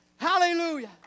Hallelujah